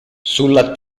sulla